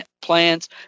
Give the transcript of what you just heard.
plans